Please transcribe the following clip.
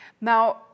Now